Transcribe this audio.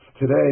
today